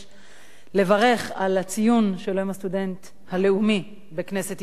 לברך על הציון של יום הסטודנט הלאומי בכנסת ישראל.